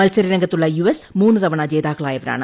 മത്സര രംഗത്തുളള U S മൂന്ന് തവണ ജ്ട്രോക്കളായവരാണ്